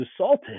assaulted